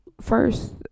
first